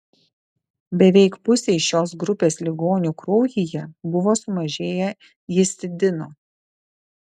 beveik pusei šios grupės ligonių kraujyje buvo sumažėję histidino